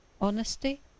honesty